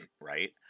Right